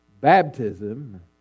Baptism